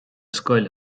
scoil